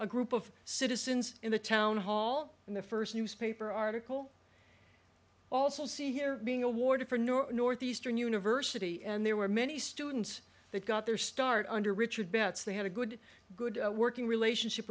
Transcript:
a group of citizens in the town hall and the first newspaper article also see here being awarded for noor northeastern university and there were many students that got their start under richard betts they had a good good working relationship